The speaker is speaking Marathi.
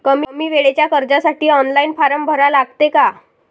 कमी वेळेच्या कर्जासाठी ऑनलाईन फारम भरा लागते का?